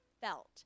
felt